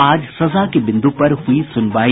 आज सजा के बिंदु पर हुई सुनवाई